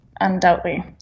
undoubtedly